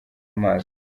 amaso